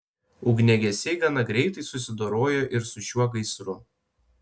ugniagesiai gana greitai susidorojo ir su šiuo gaisru